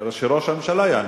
שראש הממשלה יענה,